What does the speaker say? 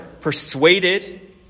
persuaded